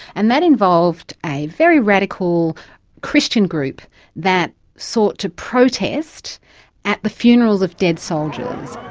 and that involved a very radical christian group that sought to protest at the funerals of dead soldiers.